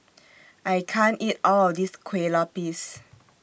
I can't eat All of This Kuih Lopes